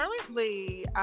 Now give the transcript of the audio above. currently